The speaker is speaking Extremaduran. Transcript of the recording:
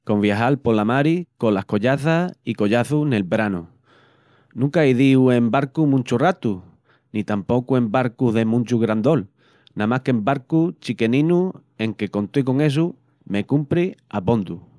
Con viagal pola mari colas collaças i collaçus nel branu. Nunca ei díu en barcu munchu ratu, ni tampocu en barcus de munchu grandol, namás qu'en barcus chiqueninus enque con tó i con essu me cumpri abondu.